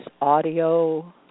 audio